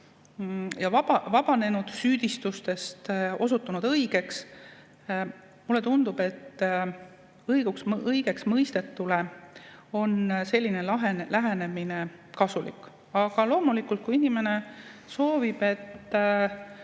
ja vabanenud süüdistustest, osutunud õigeks, ning mulle tundub, et õigeksmõistetule on selline lähenemine kasulik. Aga loomulikult, nagu siin